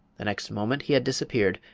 the next moment he had disappeared,